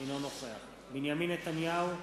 אינו נוכח בנימין נתניהו,